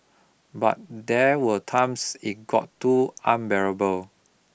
but there were times it got too unbearable